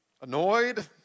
Annoyed